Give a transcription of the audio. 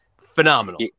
Phenomenal